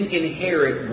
inherit